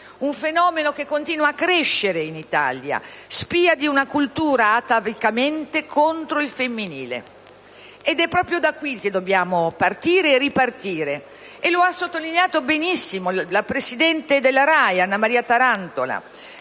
un fenomeno che continua a crescere in Italia, spia di una cultura atavicamente contro il femminile. È proprio da qui che dobbiamo partire e ripartire, e lo ha sottolineato benissimo la presidente della RAI Anna Maria Tarantola,